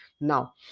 now